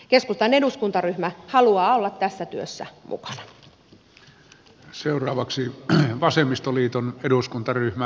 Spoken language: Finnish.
keskustan eduskuntaryhmä haluaa olla tässä työssä mukana